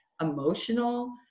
emotional